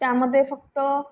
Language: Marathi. त्यामध्ये फक्त